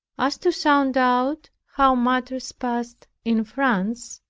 as to sound out how matters passed in france,